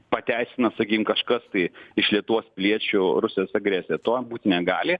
pateisina sakykim kažkas tai iš lietuvos piliečių rusijos agresiją to būt negali